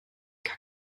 gar